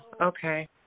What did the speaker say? okay